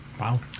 Wow